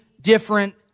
different